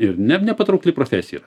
ir ne nepatraukli profesija yra